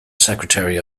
secretary